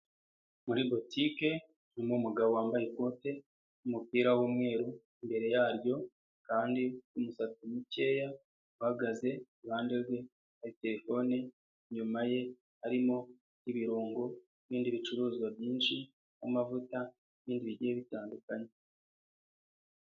Muri butike harimo umugabo wambaye ikote ry'umupira w'umweru imbere yaryo kandi ufite umusatsi mukeya uhagaze, iruhande rwe hari terefone, inyuma ye harimo ibirungo n'ibindi bicuruzwa byinshi nk'amavuta n'ibindi bigiye bitandukanye.